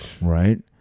Right